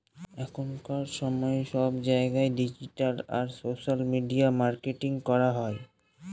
এখনকার সময়ে সব জায়গায় ডিজিটাল আর সোশ্যাল মিডিয়া মার্কেটিং করা হয়